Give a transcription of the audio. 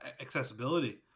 Accessibility